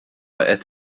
qed